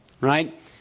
right